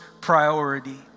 priority